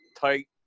tight